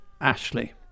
Ashley